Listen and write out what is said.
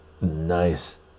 nice